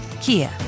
Kia